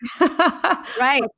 Right